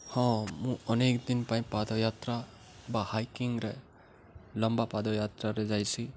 ହଁ ମୁଁ ଅନେକ ଦିନ୍ ପାଇଁ ପାଦଯାତ୍ରା ବା ହାଇକିଂରେ ଲମ୍ବା ପାଦଯାତ୍ରାରେ ଯାଏସି